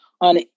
on